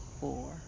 four